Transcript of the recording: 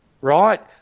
right